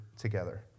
together